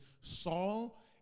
Saul